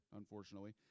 unfortunately